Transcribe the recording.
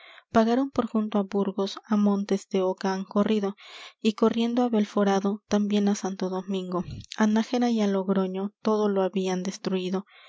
pagaron por junto á burgos á montes doca han corrido y corriendo á belforado también á santo domingo á nájera y á logroño todo lo habían destruído